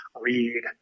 read